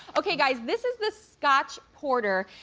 okay guys, this is the scotch porter.